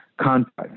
contact